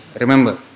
remember